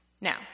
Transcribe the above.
Now